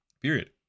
Period